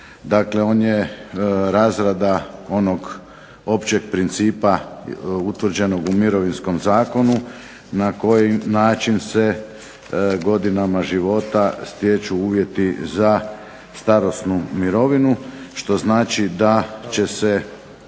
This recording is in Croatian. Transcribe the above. Dakle, on je razrada onog općeg principa utvrđenog u mirovinskom zakonu na koji način se godinama života stječu uvjeti za starosnu mirovinu što znači da će se